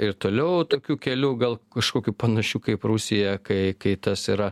ir toliau tokiu keliu gal kažkokiu panašiu kaip rusija kai kai tas yra